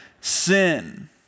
sin